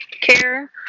care